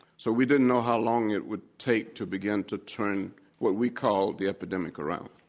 so we didn't know how long it would take to begin to turn what we call the epidemic around.